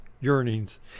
yearnings